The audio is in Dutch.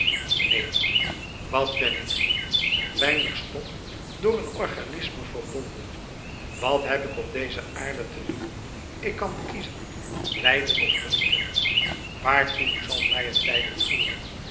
neen wat ben ik een weinig stof door een organisme verbonden wat heb ik op deze aarde te doen ik kan kiezen lijden of genieten waartoe zal mij het lijden voeren